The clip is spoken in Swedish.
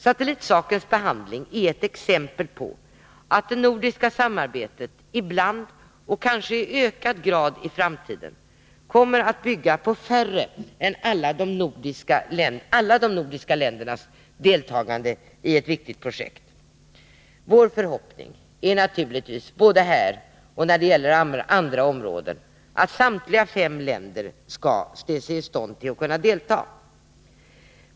Satellitsakens behandling är ett exempel på att det nordiska samarbetet ibland och kanske i ökad grad i framtiden inte kommer att bygga på alla de nordiska ländernas deltagande i ett viktigt projekt. Vår förhoppningen är naturligtvis, både här och när det gäller andra områden, att samtliga fem länder skall se sig i stånd att kunna delta.